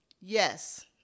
yes